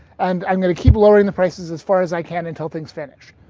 and i'm going to keep lowering the prices as far as i can until things finish.